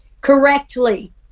correctly